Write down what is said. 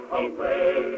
away